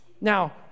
now